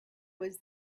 was